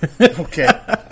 Okay